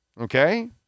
okay